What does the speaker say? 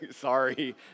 sorry